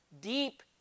deep